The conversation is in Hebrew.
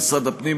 משרד הפנים,